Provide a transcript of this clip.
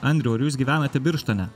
andriau ar jūs gyvenate birštone